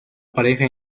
pareja